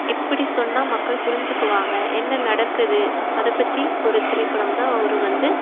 எப்படி சொன்னால் மக்கள் புரிஞ்சிக்குவாங்க என்ன நடக்குது அதை பற்றி ஒரு திரைப்படம் தான் அவரு வந்து